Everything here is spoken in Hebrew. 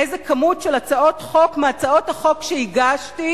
איזו כמות של הצעות חוק מהצעות החוק שהגשתי,